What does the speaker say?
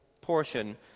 portion